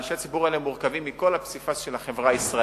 אנשי הציבור האלה כוללים את כל הפסיפס של החברה הישראלית.